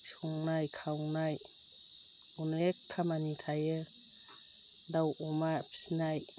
संनाय खावनाय अनेक खामानि थायो दाव अमा फिनाय